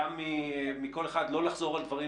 אני מבקש מכל אחד לא לחזור על דברים